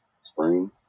spring